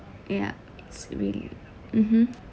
ya it's really mmhmm